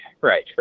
right